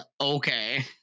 okay